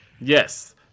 Yes